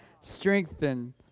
strengthen